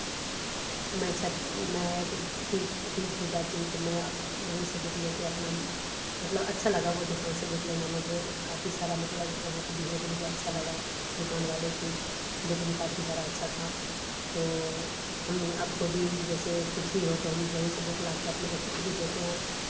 मैं छठ मैं तीज तीज पूजा की तो मैं अप वहीं से बुक लेकर अपना मतलब अच्छा लगा वह दुकान से बुक लेना मुझे काफ़ी सारा मतलब वहाँ का बिहेवियर भी अच्छा लगा दुकान वाले की बुक भी काफ़ी सारा अच्छा था तो हम आप को भी जैसे कुछ भी हो तो हम वही से बुक लाकर अपने बच्चों को भी देते हैं